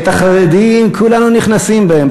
החרדים, כולנו נכנסים בהם.